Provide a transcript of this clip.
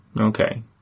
Okay